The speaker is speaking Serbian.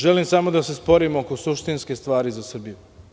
Želim samo da se sporim oko suštinskih stvari za Srbiju.